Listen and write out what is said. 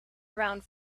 around